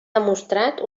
demostrat